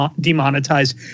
demonetized